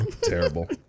Terrible